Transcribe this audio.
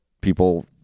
people